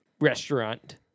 restaurant